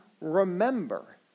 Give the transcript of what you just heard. remember